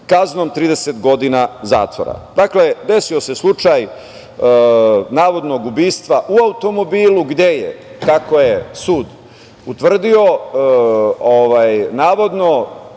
kaznom - 30 godina zatvora. Dakle, desio se slučaj navodnog ubistva u automobilu, gde je, kako je sud utvrdio, navodno,